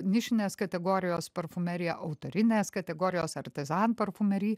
nišinės kategorijos parfumerija autorinės kategorijos artizam parfumery